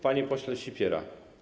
Panie Pośle Sipiera!